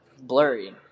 Blurry